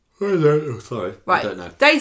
Right